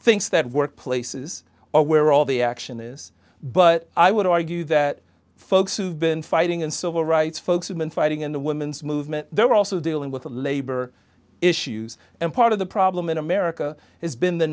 thinks that workplaces or where all the action is but i would argue that folks who have been fighting in civil rights folk fighting in the women's movement they're also dealing with the labor issues and part of the problem in america has been the